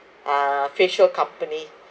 uh facial company